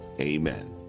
Amen